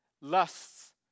lusts